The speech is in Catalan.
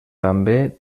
també